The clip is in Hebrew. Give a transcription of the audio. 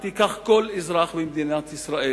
תיקח כל אזרח במדינת ישראל,